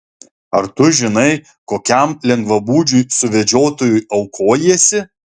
ar tu žinai kokiam lengvabūdžiui suvedžiotojui aukojiesi